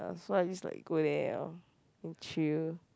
ya so I used like go there orh and chill